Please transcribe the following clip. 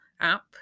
app